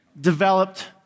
developed